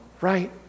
right